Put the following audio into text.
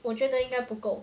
我觉得应该不够